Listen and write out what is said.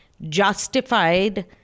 justified